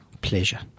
pleasure